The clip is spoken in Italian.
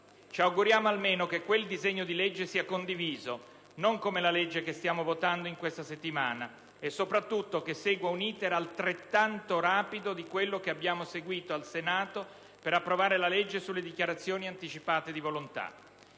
Ci auguriamo almeno che quel disegno di legge sia condiviso, non come la legge che stiamo votando questa settimana e, soprattutto, che segua un *iter* altrettanto rapido di quello seguito al Senato per approvare la legge sulle dichiarazioni anticipate di volontà.